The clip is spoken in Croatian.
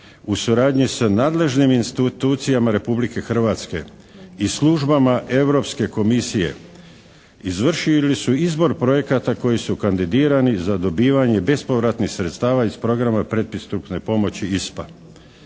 u suradnji sa nadležnim institucijama Republike Hrvatske i službama Europske Komisije izvršili su izbor projekata koji su kandidirani za dobivanje bespovratnih sredstava iz programa predpristupne pomoći ISPA.